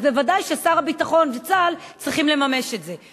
אז בוודאי ששר הביטחון וצה"ל צריכים לממש את זה.